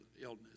illness